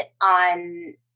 on